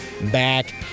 back